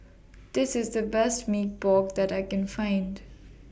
This IS The Best Mee Pok that I Can Find